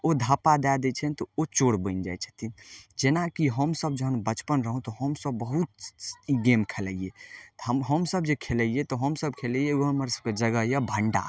ओ धप्पा दए दै छनि तऽ ओ चोर बनि जाइ छथिन जेनाकि हमसब जखन बचपन रहौं तऽ हमसब बहुत ई गेम खेलैये तऽ हमसब जे खेलैये तऽ हमसब खेलैये एगो हमर सबके जगह यऽ भण्डार